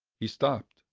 he stopped,